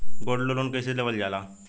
Gold loan कईसे लेवल जा ला?